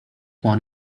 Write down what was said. one